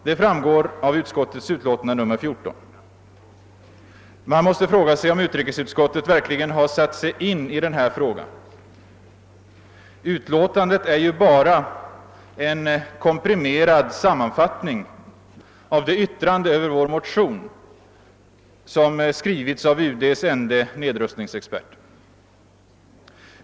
Det framgår av utskottets utlåtande nr 14. Man måste fråga sig om utrikesutskottet verkligen har satt sig in i denna fråga. Utlåtandet är ju bara en komprimerad sammanfattning av det yttrande över vår motion som skrivits av UD:s ende nedrustningsexpert.